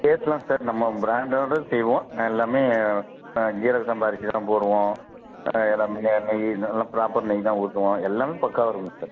டேஸ்ட்டுல்லாம் sir நம்ம ப்ராண்டடாக செய்வோம் எல்லாமே ஜீரக சம்பா அரிசி தான் போடுவோம் எல்லாமே நெ நெய் எல்லாம் ப்ராப்பர் நெய் தான் ஊற்றுவோம் எல்லாமே பக்காவாக இருக்கும் சார்